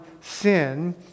sin